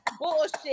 bullshit